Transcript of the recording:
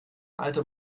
alter